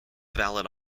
valid